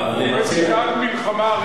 מה קורה בשעת מלחמה.